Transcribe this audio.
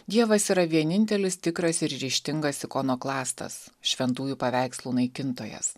dievas yra vienintelis tikras ir ryžtingas ikonoklastas šventųjų paveikslų naikintojas